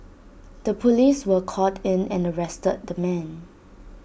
the Police were called in and arrested the man